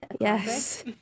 yes